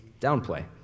downplay